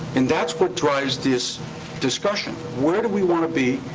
and that's what drives this discussion. where do we wanna be,